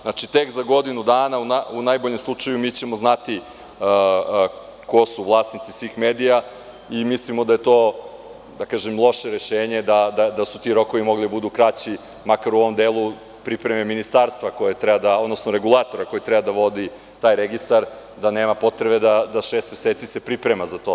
Znači, tek za godinu dana u najboljem slučaju mi ćemo znati ko su vlasnici svih medija, i mislimo da je to loše rešenje, da su ti rokovi mogli da budu kraći, makar u ovom delu pripreme ministarstva, odnosno regulatora koje treba da vodi taj registar, da nema potrebe da šest meseci se priprema za to.